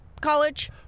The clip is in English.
College